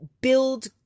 build